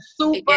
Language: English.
super